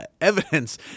evidence